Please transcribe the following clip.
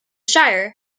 shire